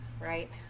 right